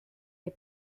les